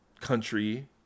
country